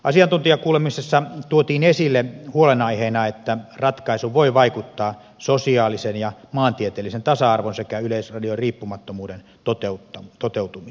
asiantuntijakuulemisessa tuotiin esille huolenaiheena että ratkaisu voi vaikuttaa sosiaalisen ja maantieteellisen tasa arvon sekä yleisradion riippumattomuuden toteutumiseen